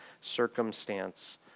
circumstance